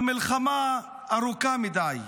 המלחמה ארוכה מדי.